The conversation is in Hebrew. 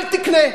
אל תקנה.